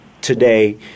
today